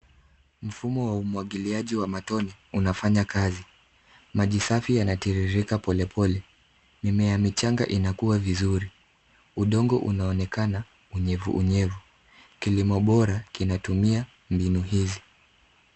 Mfumo wa umwagiliaji wa matone unafanya kazi. Maji safi yanatiririka polepole. Mimea michanga inakua vizuri. Udongo unaonekana unyevu unyevu. Kilimo bora kinatumia mbinu hizi.